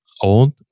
Old